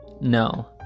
No